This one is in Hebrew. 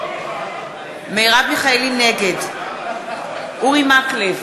נגד אורי מקלב,